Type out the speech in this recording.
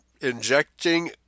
injecting